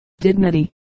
dignity